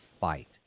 fight